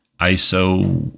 iso